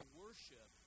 worship